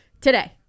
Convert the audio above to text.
today